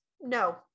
no